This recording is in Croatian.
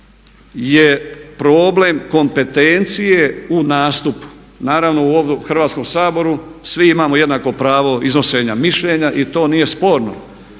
je problem kompetencije u nastupu. Naravno u ovom Hrvatskom saboru svi imamo jednako pravo iznošenja mišljenja i to nije sporno.